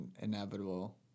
inevitable